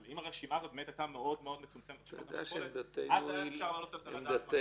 אבל אם הרשימה הייתה מאוד מצומצמת אז אפשר להעלות את הטענה.